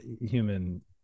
human